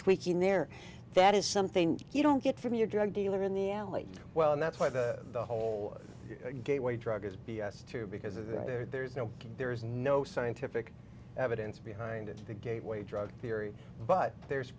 tweaking there that is something you don't get from your drug dealer in the alley well and that's why the whole gateway drug is b s too because there's no there is no scientific evidence behind it the gateway drug theory but there's